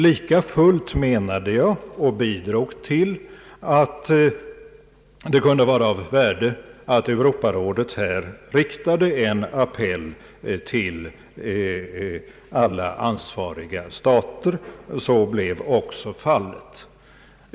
Lika fullt menade jag att det kunde vara av värde att Europarådet riktade en appell till alla ansvariga stater. Så blev också fallet.